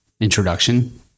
introduction